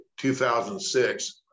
2006